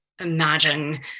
imagine